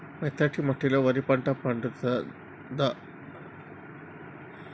మెత్తటి మట్టిలో వరి పంట పండుద్దా?